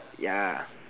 ya